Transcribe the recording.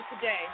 today